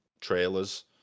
trailers